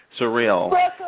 surreal